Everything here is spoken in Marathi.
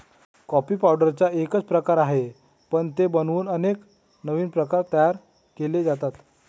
कॉफी पावडरचा एकच प्रकार आहे, पण ते बनवून अनेक नवीन प्रकार तयार केले जातात